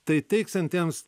tai teiksiantiems